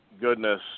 goodness